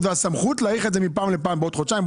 והסמכות להאריך את זה פעם לפעם בעוד חודשיים,